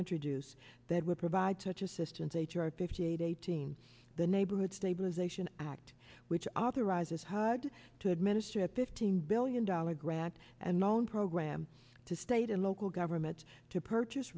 introduce that we provide such assistance h r fifty eight eighteen the neighborhood stabilization act which authorizes hud to administer at fifteen billion dollar grant and known program to state and local governments to purchase